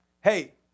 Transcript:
hey